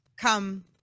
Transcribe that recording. come